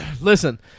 Listen